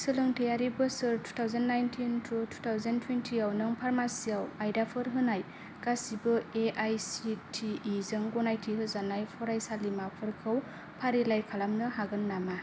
सोलोंथायरि बोसोर two thousand nineteen to two thousand टुयेनटियाव नों फार्मासियाव आयदाफोर होनाय गासिबो A I C T E जों गनायथि होजानाय फरायसालिमाफोरखौ फारिलाइ खालामनो हागोन नामा